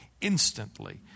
instantly